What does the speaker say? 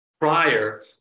prior